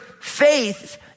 faith